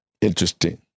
Interesting